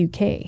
UK